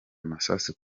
amasasu